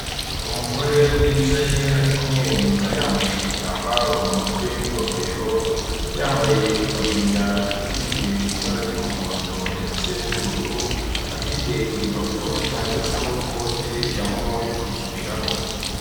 Umugore wicaye ari kumwenyura yambaye igitambaro mu mutwe n'ingofero yambaye itaburiya ifite ibara ry'umuhondo ndetse n'ubururu afite igipapuro cyanditseho kode ya momo yo kwishyuriraho.